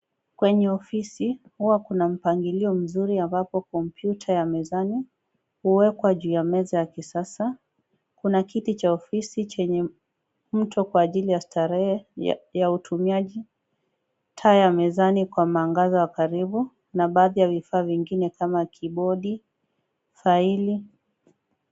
Kwenye ofisi uwa kuna mpangilio mzuri ambapo kompyuta ya mezani uwekwa juu ya meza ya kisasa ,kuna kiti cha ofisi chenye mto kwa ajili ya starehe ya utumiaji ,taa ya mezani kwa mwangaza wa karibu ,na baadhi ya vifaa vingine kama kibodi ,faili.